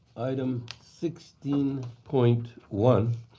item sixteen point one,